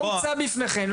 מה הוצע בפניכם?